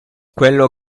quello